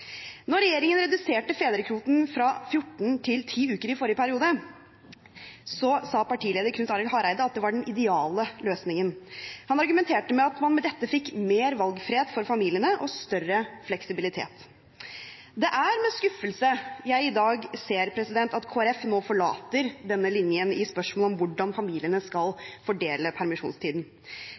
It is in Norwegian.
regjeringen reduserte fedrekvoten fra 14 til 10 uker i forrige periode, sa partileder Knut Arild Hareide at det var den ideale løsningen. Han argumenterte med at man med dette fikk mer valgfrihet for familiene og større fleksibilitet. Det er med skuffelse jeg i dag ser at Kristelig Folkeparti nå forlater denne linjen i spørsmålet om hvordan familiene skal fordele permisjonstiden.